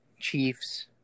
Chiefs